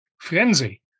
frenzy